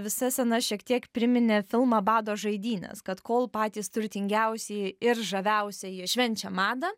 visa scena šiek tiek priminė filmą bado žaidynės kad kol patys turtingiausieji ir žaviausieji švenčia madą